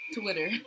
Twitter